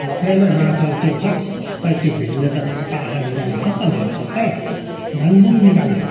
बग्रेलदो माछाहरू थियो सबै त्यो भेलले त पाखा निकालेछ नि त माछा त ढाङढुङ निकाल्यो